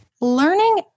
learning